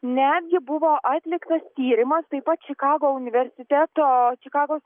netgi buvo atliktas tyrimas taip pat čikago universiteto čikagos